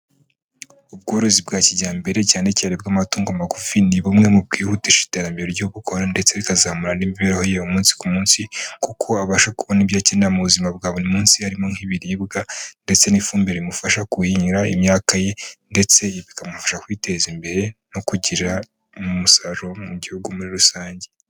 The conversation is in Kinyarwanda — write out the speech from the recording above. Ubworozi bwa kijyambere cyane cyane bw'amatungo magufi ni bumwe mu bwihutisha iterambere ryo gukora ndetse rikazamura n'imibereho ye umunsi ku munsi kuko abasha kubona ibyo akenera mu buzima bwa buri munsi harimo nk'ibiribwa ndetse n'ifumbire bimufasha kuyinyura imyaka ye ndetse bikamufasha kwiteza imbere no kugira umusaruro mu gihugu muri rusange.